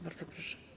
Bardzo proszę.